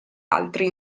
altri